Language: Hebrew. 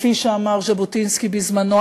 כפי שאמר ז'בוטינסקי בזמנו.